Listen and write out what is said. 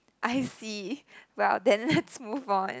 I see well then let's move on